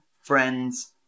friends